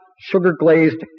sugar-glazed